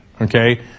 Okay